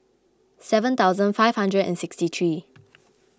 seven thousand five hundred and sixty three